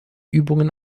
übungen